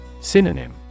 Synonym